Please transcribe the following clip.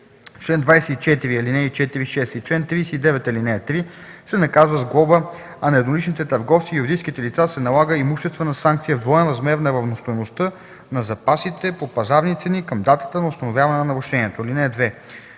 чл. 24, ал. 4 и 6 и чл. 39, ал. 3, се наказва с глоба, а на едноличните търговци и юридическите лица се налага имуществена санкция в двоен размер на равностойността на запасите по пазарни цени към датата на установяване на нарушението.